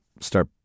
start